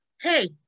hey